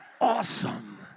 Awesome